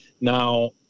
Now